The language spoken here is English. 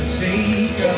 take